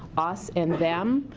us and them.